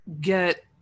get